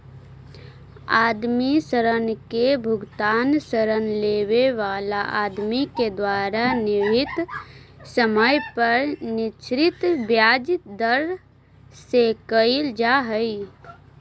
आदमी ऋण के भुगतान ऋण लेवे वाला आदमी के द्वारा निश्चित समय पर निश्चित ब्याज दर से कईल जा हई